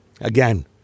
again